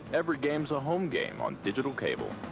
every game's a home game on digital cable.